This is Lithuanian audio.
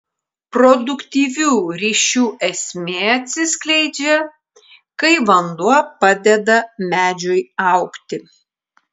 produktyvių ryšių esmė atsiskleidžia kai vanduo padeda medžiui augti